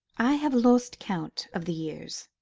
i have lost count of the years.